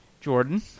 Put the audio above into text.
Jordan